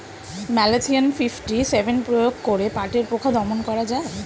Malathion fifty seven প্রয়োগ করে পাটের পোকা দমন করা যায়?